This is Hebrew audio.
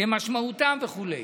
כמשמעותם וכו'.